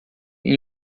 pneu